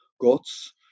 gods